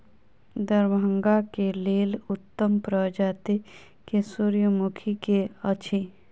दरभंगा केँ लेल उत्तम प्रजाति केँ सूर्यमुखी केँ अछि?